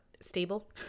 stable